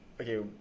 Okay